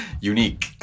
unique